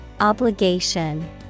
Obligation